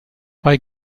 bei